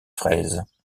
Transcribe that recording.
fraises